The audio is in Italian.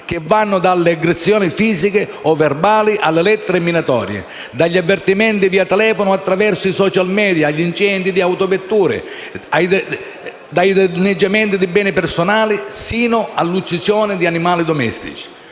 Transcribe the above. che vanno dalle aggressioni fisiche o verbali alle lettere minatorie, dagli avvertimenti via telefono o attraverso i *social media* agli incendi di autovetture, dai danneggiamenti di beni personali sino all'uccisione di animali domestici.